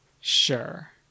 Sure